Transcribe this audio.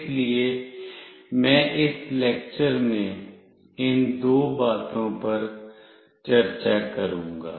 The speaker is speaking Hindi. इसलिए मैं इस लेक्चर में इन दो बातों पर चर्चा करूंगा